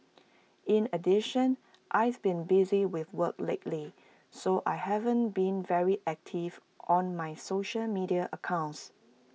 in addition I've been busy with work lately so I haven't been very active on my social media accounts